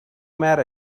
mad